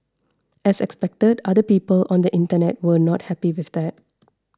as expected other people on the internet were not happy with that